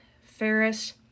Ferris